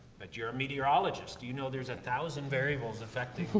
but you're a meteorologist, you know there's a thousand variables affecting,